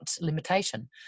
limitation